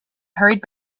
hurried